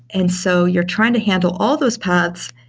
and so you're trying to handle all those paths.